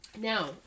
Now